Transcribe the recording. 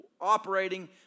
operating